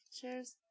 Cheers